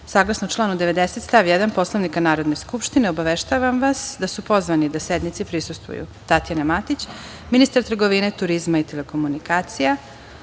članu 90. stav 1. Poslovnika Narodne skupštine, obaveštavam vas da su pozvani da sednici prisustvuju: Tatjana Matić, ministar trgovine, turizma i telekomunikacija;